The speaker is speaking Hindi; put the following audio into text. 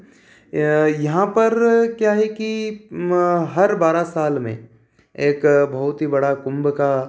यहाँ पर क्या है कि हर बारह साल में एक बहुत ही बड़ा कुंभ का